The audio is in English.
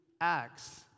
Acts